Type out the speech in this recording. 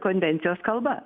konvencijos kalba